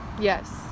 Yes